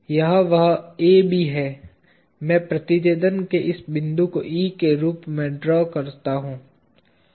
यह वह AB है मैं प्रतिछेदन के इस बिंदु को E के रूप ड्रा करता हूं